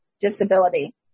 disability